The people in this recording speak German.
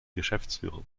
geschäftsführung